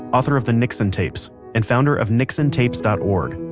author of the nixon tapes, and founder of nixontapes dot org.